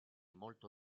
molto